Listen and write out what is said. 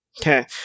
Okay